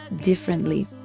differently